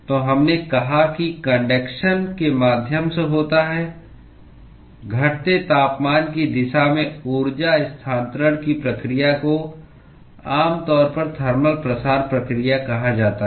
तो हमने कहा कि कन्डक्शन के माध्यम से होता है घटते तापमान की दिशा में ऊर्जा स्थानांतरण की प्रक्रिया को आमतौर पर थर्मल प्रसार प्रक्रिया कहा जाता है